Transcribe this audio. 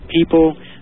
people